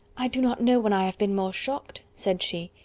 i do not know when i have been more shocked, said she.